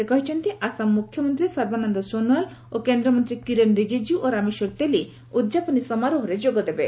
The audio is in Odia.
ସେ କହିଛନ୍ତି ଆସାମ ମୁଖ୍ୟମନ୍ତ୍ରୀ ସର୍ବାନନ୍ଦ ସୋନୋୱାଲ୍ ଏବଂ କେନ୍ଦ୍ରମନ୍ତ୍ରୀ କିରେନ୍ ରିଜିଜ୍ଞ ଓ ରାମେଶ୍ୱର ତେଲି ଉଦ୍ଯାପନୀ ସମାରୋହରେ ଯୋଗଦେବେ